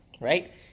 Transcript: right